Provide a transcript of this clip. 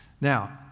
Now